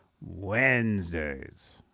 Wednesdays